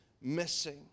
missing